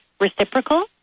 reciprocal